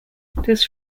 this